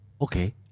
okay